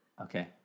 Okay